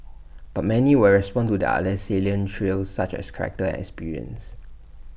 but many will respond to the other salient traits such as character experience